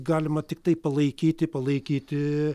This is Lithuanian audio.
galima tiktai palaikyti palaikyti